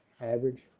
Average